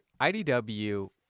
IDW